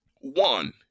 One